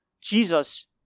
Jesus